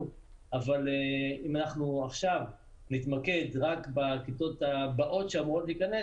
אבל אם אנחנו עכשיו נתמקד רק בכיתות הבאות שאמורות להיכנס